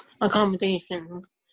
Accommodations